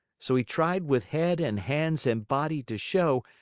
so he tried with head and hands and body to show,